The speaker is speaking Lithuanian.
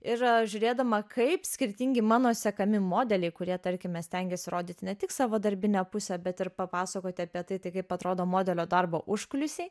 ir žiūrėdama kaip skirtingi mano sekami modeliai kurie tarkime stengiasi įrodyti ne tik savo darbinę pusę bet ir papasakoti apie tai tai kaip atrodo modelio darbo užkulisiai